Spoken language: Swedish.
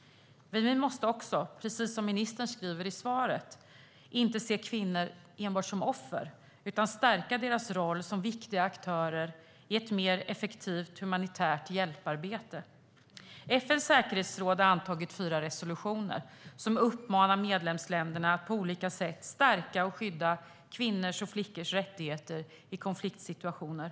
Men vi måste också, precis som ministern säger i svaret, se till att inte se kvinnor enbart som offer utan stärka deras roll som viktiga aktörer i ett mer effektivt humanitärt hjälparbete. FN:s säkerhetsråd har antagit fyra resolutioner som uppmanar medlemsländerna att på olika sätt stärka och skydda kvinnors och flickors rättigheter i konfliktsituationer.